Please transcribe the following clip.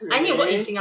really